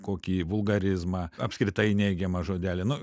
kokį vulgarizmą apskritai neigiamą žodelį nu